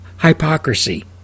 hypocrisy